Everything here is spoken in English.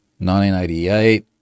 1988